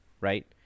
Right